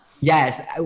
Yes